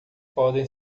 podem